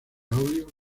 audio